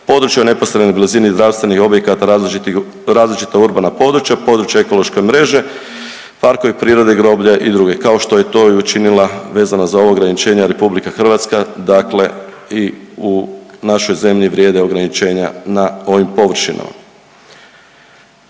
područja u neposrednoj blizini zdravstvenih objekata različita urbana područja, područja ekološke mreže, parkovi prirode, groblja i dr. kao što je to i učinila vezano za ovo ograničenje RH, dakle i u našoj zemlji vrijede ograničenja na ovim površinama.